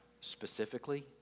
specifically